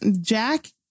Jack